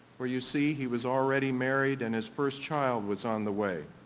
for you see he was already married and his first child was on the way,